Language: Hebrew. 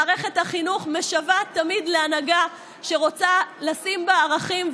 מערכת החינוך משוועת תמיד להנהגה שרוצה לשים בה ערכים,